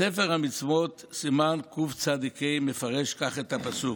בספר המצוות, סימן קצ"ה, מפרש כך את הפסוק: